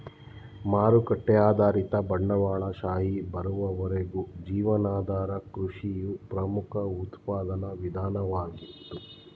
ಮಾರುಕಟ್ಟೆ ಆಧಾರಿತ ಬಂಡವಾಳಶಾಹಿ ಬರುವವರೆಗೂ ಜೀವನಾಧಾರ ಕೃಷಿಯು ಪ್ರಮುಖ ಉತ್ಪಾದನಾ ವಿಧಾನವಾಗಿತ್ತು